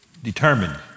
Determined